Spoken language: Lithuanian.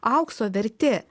aukso vertė